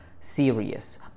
serious